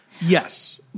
Yes